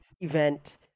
event